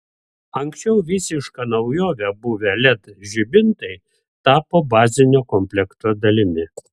anksčiau visiška naujove buvę led žibintai tapo bazinio komplekto dalimi